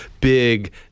big